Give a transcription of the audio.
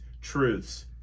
truths